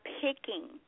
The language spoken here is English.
picking